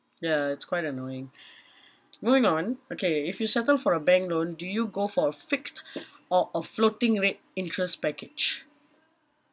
ya it's quite annoying moving on okay if you settle for a bank loan do you go for a fixed or a floating rate interest package